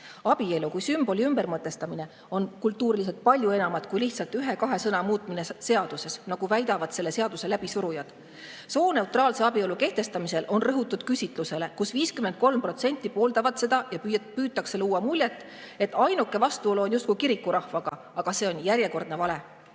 Abielu kui sümboli ümbermõtestamine on kultuuriliselt palju enamat kui lihtsalt ühe-kahe sõna muutmine seaduses, kuigi selle seaduse läbisurujad [seda ei tunnista]. Sooneutraalse abielu kehtestamisel on rõhutud küsitlusele, mille kohaselt 53% seda pooldab, ja püütakse luua muljet, et ainuke vastuolu on justkui kirikurahvaga. Aga see on järjekordne vale.